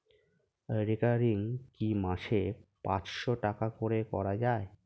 Recurring কি মাসে পাঁচশ টাকা করে করা যায়?